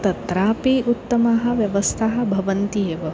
तत्रापि उत्तमाः व्यवस्थाः भवन्ति एव